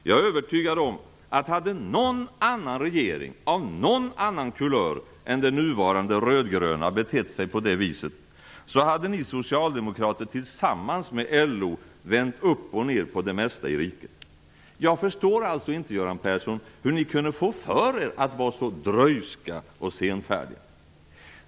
Jag är övertygad om att om någon annan regering av någon annan kulör än den nuvarande rödgröna hade betett sig på det viset hade ni socialdemokrater tillsammans med LO vänt upp och ned på det mesta i riket. Jag förstår alltså inte, Göran Persson, hur ni kunde få för er att vara så dröjska och senfärdiga.